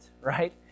right